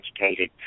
educated